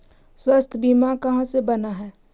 स्वास्थ्य बीमा कहा से बना है?